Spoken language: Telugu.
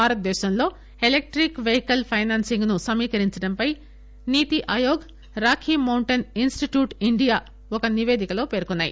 భారత దేశంలో ఎలక్టిక్ పెయికల్ పైనాన్సింగ్ ను సమీకరించడంపై NITI Aayog Rocky Mountain Institute India ఒక నిపేదికలో పేర్కొన్నాయి